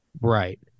Right